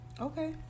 Okay